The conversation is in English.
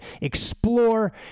explore